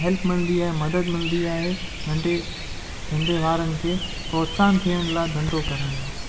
help मिलंदी आहे मदद मिलदी आहे नंढे धंधे वारनि खे प्रोत्साहन थियण लाइ धंधो करण लाइ